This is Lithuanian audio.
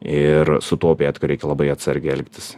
ir su tuo upėtakiu reikia labai atsargiai elgtis